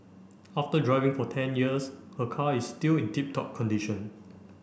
after driving for ten years her car is still in tip top condition